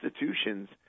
institutions